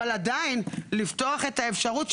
אבל עדיין לפתוח את האפשרות,